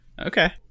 Okay